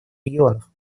регионов